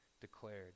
declared